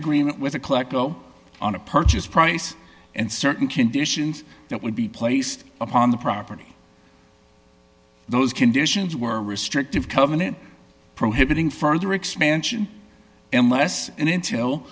agreement with a collect go on a purchase price and certain conditions that would be placed upon the property those conditions were restrictive covenant prohibiting further expansion and less